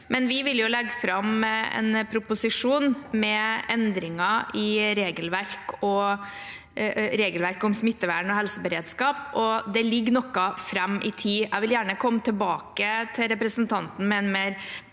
men vi vil legge fram en proposisjon med endringer i regelverket om smittevern og helseberedskap, og det ligger noe fram i tid. Jeg vil gjerne komme tilbake til representanten med en mer